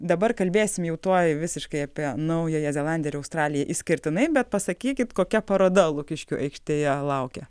dabar kalbėsim jau tuoj visiškai apie naująją zelandiją ir australiją išskirtinai bet pasakykit kokia paroda lukiškių aikštėje laukia